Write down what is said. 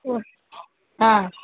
ஓ ஆ